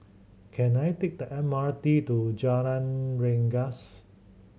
can I take the M R T to Jalan Rengas